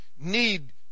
need